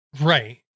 Right